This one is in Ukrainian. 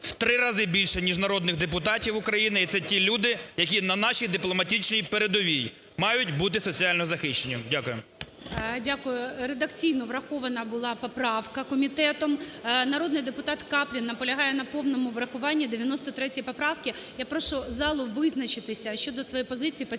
три рази більше, ніж народних депутатів України. І це ті люди, які на нашій дипломатичній передовій мають бути соціально захищені. Дякую.